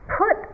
put